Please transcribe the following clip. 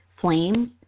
flames